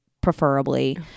preferably